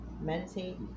meditate